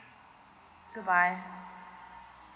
good bye